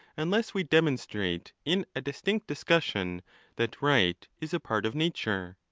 unless we demonstrate in a distinct discussion that right is a part of nature.